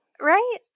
Right